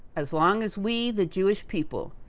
as long as we the jewish people,